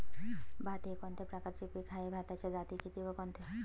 भात हे कोणत्या प्रकारचे पीक आहे? भाताच्या जाती किती व कोणत्या?